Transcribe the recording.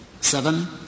Seven